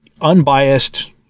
unbiased